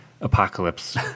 apocalypse